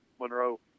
Monroe